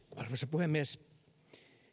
puhemies